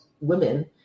women